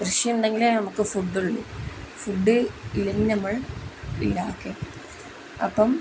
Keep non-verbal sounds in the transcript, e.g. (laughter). കൃഷിയുണ്ടെങ്കിലെ നമുക്ക് ഫുഡ്ഡുള്ളൂ ഫുഡ് ഇല്ലെങ്കിൽ നമ്മൾ (unintelligible) അപ്പം